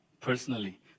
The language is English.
personally